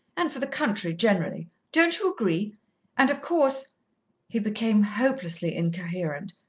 and for the country generally don't you agree and, of course he became hopelessly incoherent.